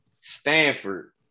Stanford